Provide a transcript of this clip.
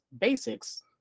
basics